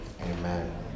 Amen